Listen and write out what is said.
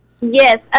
Yes